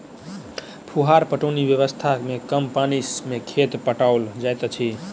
फुहार पटौनी व्यवस्था मे कम पानि मे खेत पटाओल जाइत अछि